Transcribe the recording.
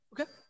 Okay